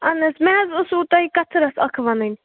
اَہن حظ مےٚ حظ اوسوٕ تۄہہِ کَتھِ رَژھ اَکھ وَنٕنۍ